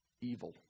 evil